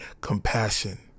compassion